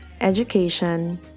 education